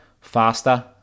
faster